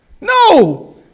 no